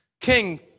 King